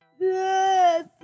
Yes